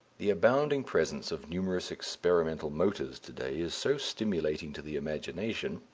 the abounding presence of numerous experimental motors to-day is so stimulating to the imagination,